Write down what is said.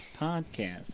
podcast